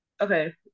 Okay